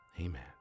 Amen